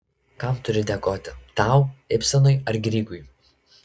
kam turiu dėkoti tau ibsenui ar grygui